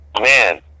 Man